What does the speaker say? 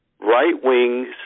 right-wings